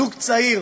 זוג צעיר